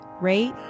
rate